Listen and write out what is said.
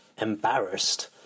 embarrassed